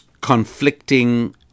conflicting